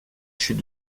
chute